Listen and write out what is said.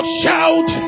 shout